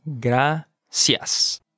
Gracias